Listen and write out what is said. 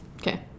Okay